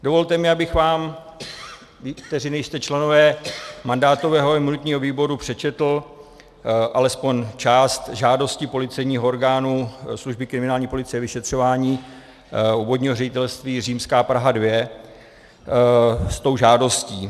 Dovolte mi, abych vám, kteří nejste členové mandátového a imunitního výboru, přečetl alespoň část žádosti policejních orgánů služby kriminální policie a vyšetřování Obvodního ředitelství Praha II s tou žádostí.